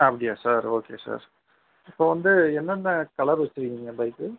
அப்படியா sir okay sir இப்போ வந்து என்னென்ன கலர் வெச்சிருக்கீங்க பைக்கு